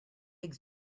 eggs